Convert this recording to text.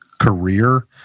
career